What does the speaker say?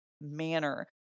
manner